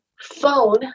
phone